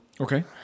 Okay